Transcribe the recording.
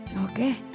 Okay